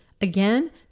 Again